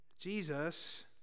Jesus